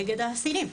נגד האסירים,